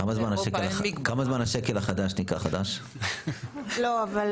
כמה זמן השקל, כמה זמן השקל החדש נקרא חדש?